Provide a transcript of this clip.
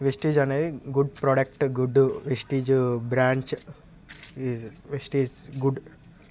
విస్టిజ్ అనేది good product good Vestige branch Vestige good